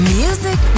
music